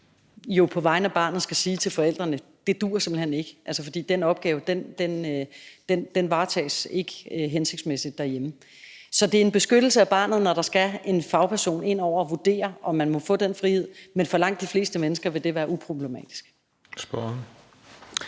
jo på vegne af barnet skal sige til forældrene, at det simpelt hen ikke duer, fordi den opgave ikke varetages hensigtsmæssigt derhjemme. Så det er en beskyttelse af barnet, når der skal en fagperson indover og vurdere, om man må få den frihed, men for langt de fleste mennesker vil det være uproblematisk.